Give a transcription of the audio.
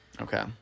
Okay